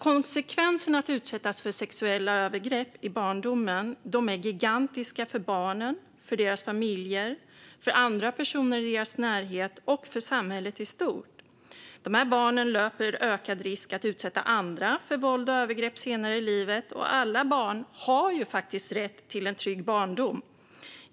Konsekvenserna av att utsättas för sexuella övergrepp i barndomen är gigantiska för barnen, deras familjer, andra personer i deras närhet och för samhället i stort. De här barnen löper ökad risk att utsätta andra för våld och övergrepp senare i livet, och alla barn har faktiskt rätt till en trygg barndom.